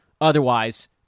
otherwise